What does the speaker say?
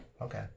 Okay